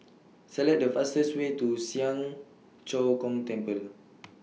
Select The fastest Way to Siang Cho Keong Temple